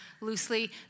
loosely